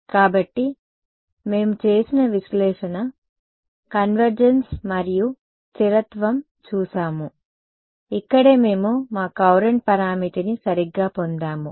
కాబట్టి మేము చేసిన విశ్లేషణ కన్వర్జెన్స్ మరియు స్థిరత్వం చూసాము ఇక్కడే మేము మా కౌరంట్ పరామితిని సరిగ్గా పొందాము